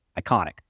iconic